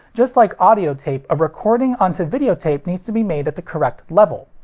just like audio tape, a recording onto video tape needs to be made at the correct level.